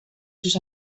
sus